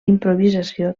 improvisació